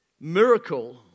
miracle